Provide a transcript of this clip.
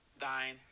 thine